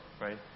right